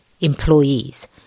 Employees